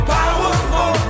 powerful